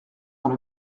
dans